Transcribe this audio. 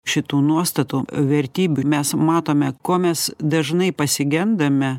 šitų nuostatų vertybių mes matome ko mes dažnai pasigendame